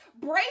Brace